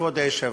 כבוד היושב-ראש,